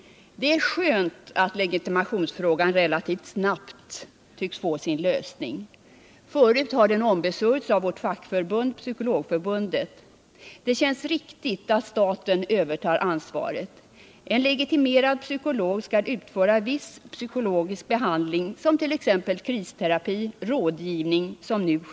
Det är skönt att legitimationsfrågan relativt snabbt tycks få sin lösning. Tidigare har den drivits av vårt fackförbund, Psykologförbundet. Det känns riktigt att staten övertar ansvaret. En legitimerad psykolog skall utföra viss psykologisk behandling — kristerapi och rådgivning etc.